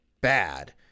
bad